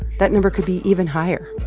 that number could be even higher.